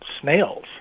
snails